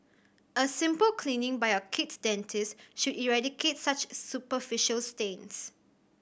a simple cleaning by your kid's dentist should eradicate such superficial stains